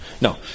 No